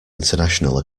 international